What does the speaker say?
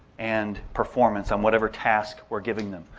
and performance on whatever task we're giving them.